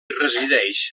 resideix